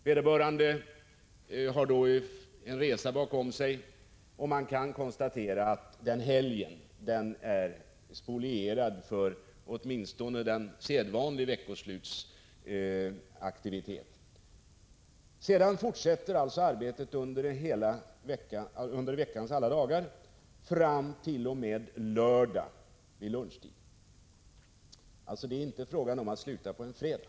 Vederbörande har då en resa bakom sig, och denna helg är alltså spolierad för åtminstone andra vanliga veckoslutsaktiviteter. Sedan fortsätter arbetet som frivilliginstruktör under veckans alla dagar Prot. 1985/86:147 fram t.o.m. lördag vid lunchtid — det är inte fråga om att sluta på en fredag.